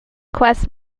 quest